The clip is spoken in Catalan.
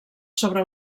sobre